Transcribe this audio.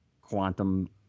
quantum